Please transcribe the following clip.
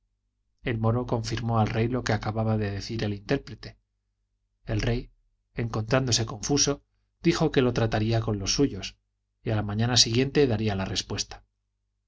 el moro confirmó al rey lo que acababa de decir el intérprete el rey encontrándose confuso dijo que lo trataría con los suyos y a la mañana siguiente daría la respuesta